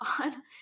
on